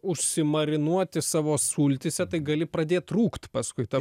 užsimarinuoti savo sultyse tai gali pradėt rūgt paskui ta